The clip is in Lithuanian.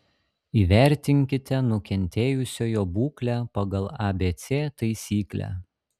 įvertinkite nukentėjusiojo būklę pagal abc taisyklę